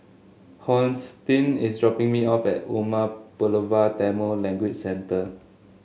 Hosteen is dropping me off at Umar Pulavar Tamil Language Centre